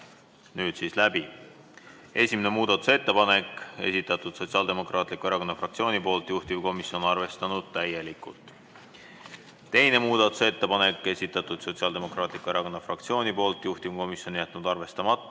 nüüd läbi. Esimene muudatusettepanek, esitatud Sotsiaaldemokraatliku Erakonna fraktsiooni poolt, juhtivkomisjon on arvestanud täielikult. Teine muudatusettepanek, esitatud Sotsiaaldemokraatliku Erakonna fraktsiooni poolt, juhtivkomisjon on jätnud arvestamata